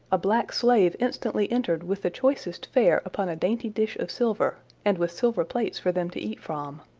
a black slave instantly entered with the choicest fare upon a dainty dish of silver, and with silver plates for them to eat from.